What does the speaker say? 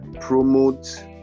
promote